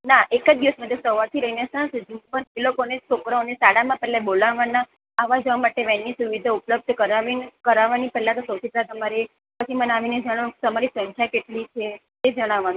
ના એક જ દિવસ માટે સવારથી લઈને સાંજ સુધી પણ તે લોકોને છોકરાઓને શાળામાં પહેલા બોલાવવાના આવવા જવા માટે વેનની સુવિધા ઉપલબ્ધ કરાવવાની પહેલાં તો સૌથી પહેલાં તો તમારે પછી મને આવીને જણાવવાનું કે તમારી સંખ્યા કેટલી છે એ જણાવવાનું